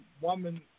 woman